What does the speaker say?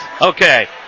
Okay